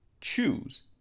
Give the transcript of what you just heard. choose